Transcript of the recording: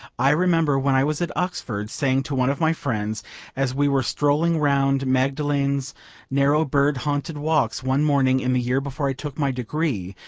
i remember when i was at oxford saying to one of my friends as we were strolling round magdalen's narrow bird-haunted walks one morning in the year before i took my degree,